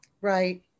right